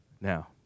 Now